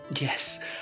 Yes